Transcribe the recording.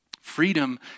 Freedom